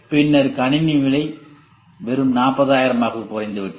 பின்னர் கணினி விலை 40000 ஆகக் குறைகிறது